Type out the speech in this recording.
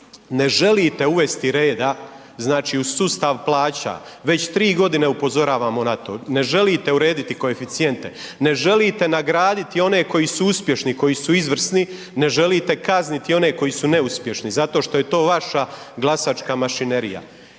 Ne želite uvesti reda znači u sustav plaća, već 3 godine upozoravamo na to. Ne želite urediti koeficijente, ne želite nagraditi one koji su uspješni, koji su izvršni, ne želite kazniti one koji su neuspješni zato što je to vaša glasačka mašinerija.